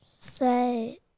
say